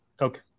Okay